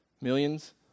Millions